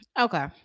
Okay